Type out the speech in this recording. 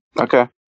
Okay